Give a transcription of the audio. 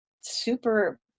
super